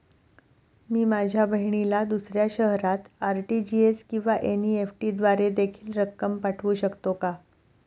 मी माझ्या बहिणीला दुसऱ्या शहरात आर.टी.जी.एस किंवा एन.इ.एफ.टी द्वारे देखील रक्कम पाठवू शकतो का?